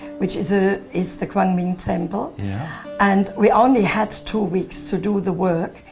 which is ah is the quang minh temple. yeah. and we only had two weeks to do the work.